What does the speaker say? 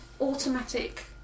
automatic